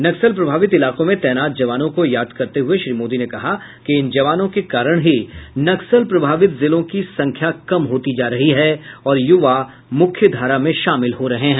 नक्सल प्रभावित इलाकों में तैनात जवानों को याद करते हुए श्री मोदी ने कहा कि इन जवानों के कारण ही नक्सल प्रभावित जिलों की संख्या कम होती जा रही है और युवा मुख्य धारा में शामिल हो रहे हैं